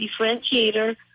differentiator